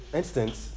instance